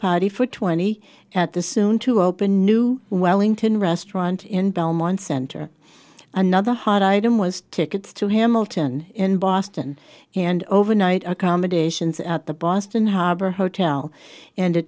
party for twenty at the soon to open new wellington restaurant in belmont center another hot item was tickets to hamilton in boston and overnight accommodations at the boston harbor hotel and a